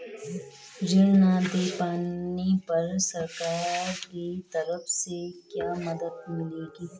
ऋण न दें पाने पर सरकार की तरफ से क्या मदद मिलेगी?